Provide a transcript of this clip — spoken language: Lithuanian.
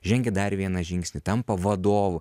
žengia dar vieną žingsnį tampa vadovu